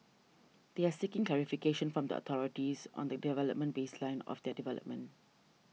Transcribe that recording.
they are seeking clarification from the authorities on the development baseline of their development